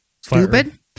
Stupid